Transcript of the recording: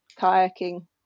kayaking